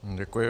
Děkuji.